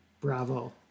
Bravo